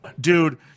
Dude